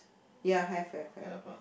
ya have have have